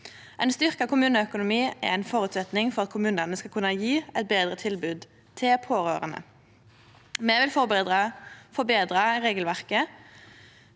Ein styrkt kommuneøkonomi er ein føresetnad for at kommunane skal kunne gje eit betre tilbod til pårørande. Me vil forbetre regelverket